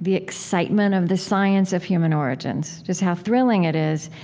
the excitement of the science of human origins. just how thrilling it is.